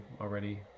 already